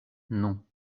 non